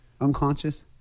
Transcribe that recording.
Unconscious